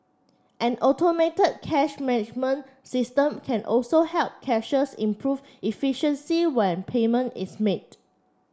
an automated cash management system can also help cashiers improve efficiency when payment is made